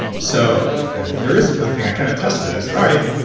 so ah there is a thing. i kind of tested it. i said, all right,